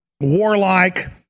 warlike